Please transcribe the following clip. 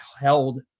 held